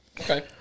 okay